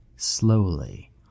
Slowly